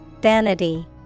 Vanity